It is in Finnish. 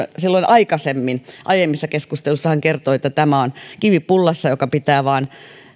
silloin aikaisemmin aiemmissa keskusteluissa kertoi että tämä on kivi pullassa joka pitää vaan